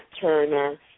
Turner